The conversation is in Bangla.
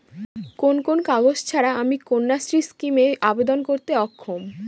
কোন কোন কাগজ ছাড়া আমি কন্যাশ্রী স্কিমে আবেদন করতে অক্ষম?